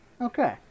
Okay